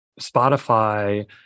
Spotify